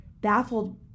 baffled